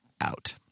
out